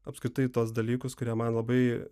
apskritai tuos dalykus kurie man labai